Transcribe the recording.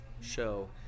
show